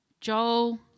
Joel